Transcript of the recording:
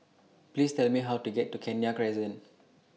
Please Tell Me How to get to Kenya Crescent